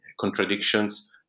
contradictions